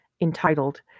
entitled